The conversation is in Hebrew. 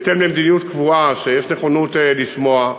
בהתאם למדיניות קבועה שיש נכונות לשמוע,